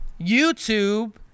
YouTube